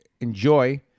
enjoy